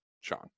Sean